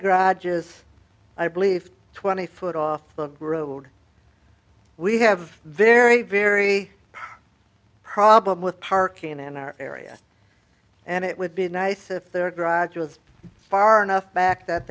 graduate is i believe twenty foot off the road we have very very problem with parking in our area and it would be nice if there graduates far enough back that